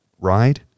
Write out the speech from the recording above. ride